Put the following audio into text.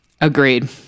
Agreed